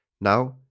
Now